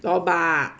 gaobak